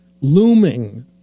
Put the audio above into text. looming